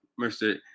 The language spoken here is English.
Mr